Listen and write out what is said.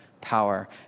power